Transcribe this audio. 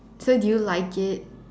so did you like it